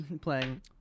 playing